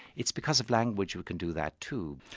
it's because of language we can do that, too.